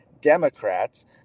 Democrats